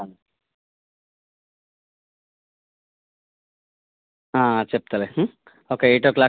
పదిహేను నుంచి ఇంకో ఐదు నిమిషాలు ఎక్కువైనా పర్లేదు ఏం ప్రాబ్లమ్ లేదు మేం కూడా ఇంటికి రానీకి జర్నీలో ఉన్నాము కార్లో ఇంకొక పది నిమిషాలు పడుతుంది రావడానికి